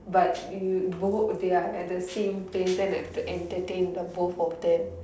but you both they are at the same place then have to entertain the both of them